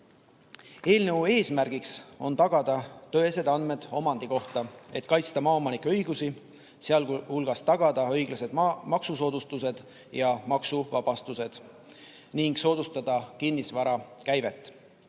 Eelnõu eesmärk on tagada tõesed andmed omandi kohta, et kaitsta maaomanike õigusi, sealhulgas tagada õiglased maksusoodustused ja maksuvabastused ning soodustada kinnisvara käivet.